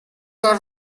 your